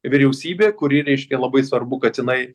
vyriausybė kuri reiškia labai svarbu kad jinai